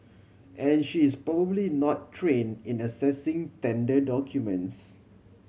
and she is probably not train in assessing tender documents